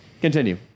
Continue